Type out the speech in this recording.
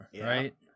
right